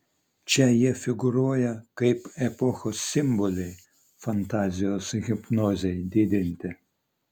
čia jie figūruoja kaip epochos simboliai fantazijos hipnozei didinti